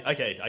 Okay